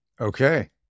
Okay